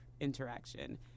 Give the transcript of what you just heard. interaction